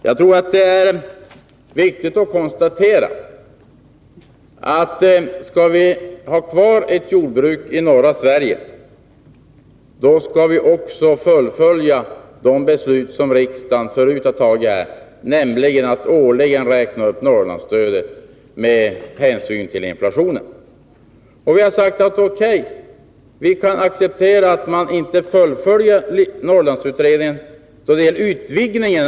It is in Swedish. Jag tror det är viktigt att konstatera att om vi skall ha kvar ett jordbruk i norra Sverige, då skall vi också fullfölja de beslut som riksdagen förut fattat, nämligen att årligen räkna upp Norrlandsstödet med hänsyn till inflationen. Vi kan acceptera att man inte fullföljer Norrlandsutredningen då det gäller en utvidgning.